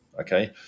Okay